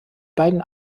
beiden